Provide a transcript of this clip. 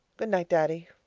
good night, daddy,